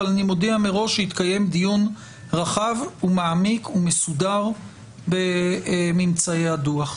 אבל אני מודיע מראש שיתקיים דיון רחב ומעמיק ומסודר בממצאי הדוח.